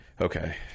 okay